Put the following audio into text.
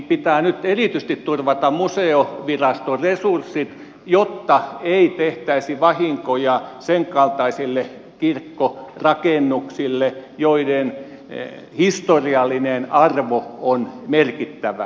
pitää nyt erityisesti turvata museoviraston resurssit jotta ei tehtäisi vahinkoja senkaltaisille kirkkorakennuksille joiden historiallinen arvo on merkittävä